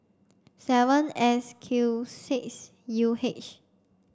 seven S Q six U H